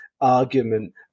argument